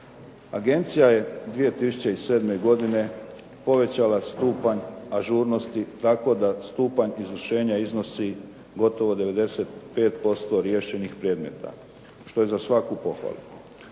Agencija je 2007. godine povećala stupanj ažurnosti tako da stupanj izvršenja iznosi gotovo 95% riješenih predmeta, što je za svaku pohvalu.